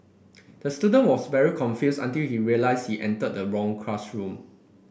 the student was very confused until he realised he entered the wrong classroom